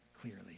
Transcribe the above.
clearly